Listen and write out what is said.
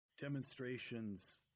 demonstrations